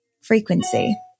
frequency